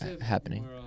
happening